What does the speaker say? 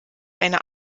eine